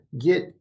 get